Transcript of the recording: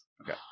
Okay